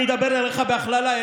אני אדבר אליך בהכללה,